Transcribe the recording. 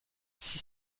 six